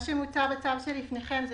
מה שמוצע בצו שלפניכם זה